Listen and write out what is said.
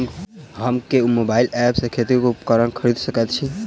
हम केँ mobile app सँ खेती केँ उपकरण खरीदै सकैत छी?